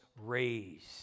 raised